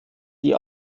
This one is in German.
die